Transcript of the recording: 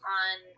on